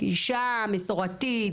אישה מסורתית,